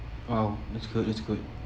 !wow! that's good that's good